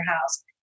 house